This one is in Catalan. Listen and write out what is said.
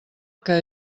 que